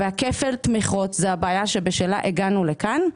כפל התמיכות הוא הבעיה שבשלה הגענו לכאן,